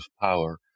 power